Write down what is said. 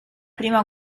prima